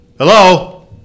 Hello